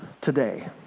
Today